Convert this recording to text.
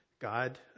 God